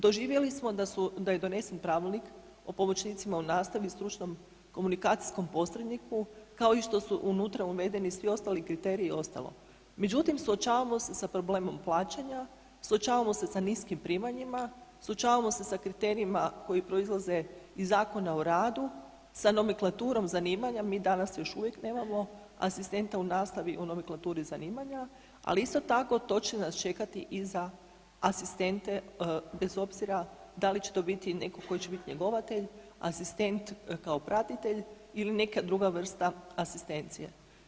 Doživjeli smo da je donesen pravilnik o pomoćnicima u nastavi i stručnom komunikacijskom posredniku kao i što su unutra uvedeni svi ostali kriteriji i ostalom, međutim suočavamo se sa problemom plaćanja, suočavamo se sa niskim primanjima, suočavamo se sa kriterijima koji proizlaze iz Zakona o radu, sa nomenklaturom zanimanja, mi danas još uvijek nemamo asistenta u nastavi u nomenklaturi zanimanja, ali isto tako to će nas čekati i za asistente bez obzira da li će to biti netko tko će biti njegovatelj, asistent kao pratitelj ili neka druga vrsta asistencije.